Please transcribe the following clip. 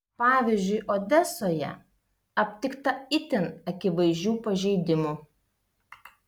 pavyzdžiui odesoje aptikta itin akivaizdžių pažeidimų